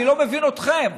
אני לא מבין אתכם.